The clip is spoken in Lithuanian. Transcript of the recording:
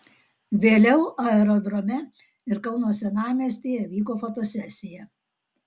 vėliau aerodrome ir kauno senamiestyje vyko fotosesija